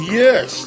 yes